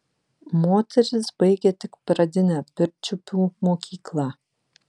moteris baigė tik pradinę pirčiupių mokyklą